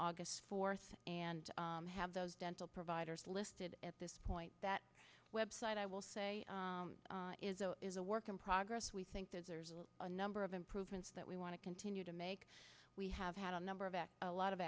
august fourth and have those dental providers listed at this point that website i will say is a is a work in progress we think there's a number of improvements that we want to continue to make we have had a number of a lot of